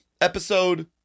Episode